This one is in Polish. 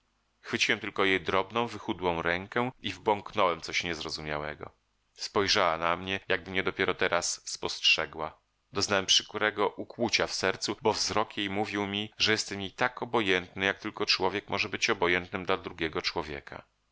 chwyciłem tylko jej drobną wychudłą rękę i wybąkałem coś niezrozumiałego spojrzała na mnie jakby mnie dopiero teraz spostrzegła doznałem przykrego ukłucia w sercu bo wzrok jej mówił mi że jestem jej tak obojętny jak tylko człowiek może być obojętnym dla drugiego człowieka